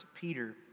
Peter